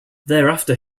thereafter